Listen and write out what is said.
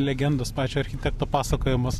legendos pačio architekto pasakojamos